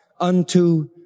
unto